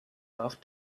off